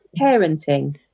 parenting